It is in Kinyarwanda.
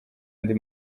andi